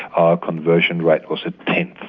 our conversion rate was a tenth,